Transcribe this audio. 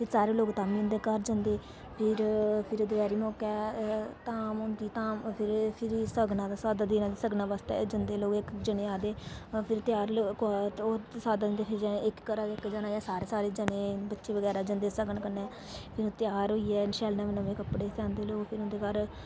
फ्ही सारे लोग तां बी उंदे घर जंदे फिर दपैहरी मौके धाम होंदी धाम फिर सगने दे स्हाबें सगने आहले दिन सगने आस्तै जंदे लोग इक जने आरे फिर इक घरे दा इक जना जां सारे जने बच्चे बगैरा जंदे सगन कन्नै फिर त्यार होइयै शैल नमें नमें कपडे़ सिआंदे लोग फिर उंदे घर